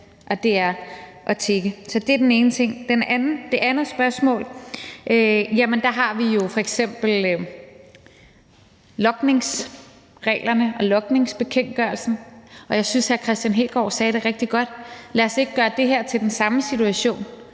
det er den ene ting. Til det andet spørgsmål vil jeg sige, at vi jo f.eks. har logningsreglerne og logningsbekendtgørelsen, og jeg synes, hr. Kristian Hegaard sagde det rigtig godt: Lad os ikke gøre det her til den samme situation,